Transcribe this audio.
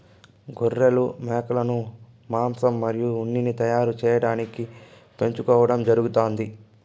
గొర్రెలు, మేకలను మాంసం మరియు ఉన్నిని తయారు చేయటానికి పెంచుకోవడం జరుగుతాంది